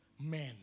men